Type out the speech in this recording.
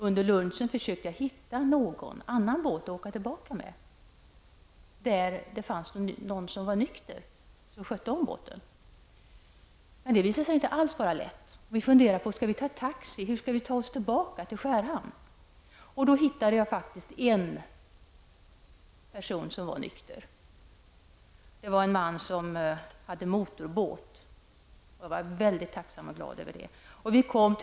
Under lunchen undersökte jag om det fanns någon annan båt som vi kunde åka tillbaka med och där den som hade att sköta båten var nykter. Men det var alls inte någon lätt uppgift. Vi funderade över hur vi skulle ta oss tillbaka till Skärhamn. Skulle vi ta taxi? Men då hittade jag faktiskt en man som var nykter. Den här mannen hade motorbåt. Jag var mycket tacksam och glad över att vi hade funnit den här personen.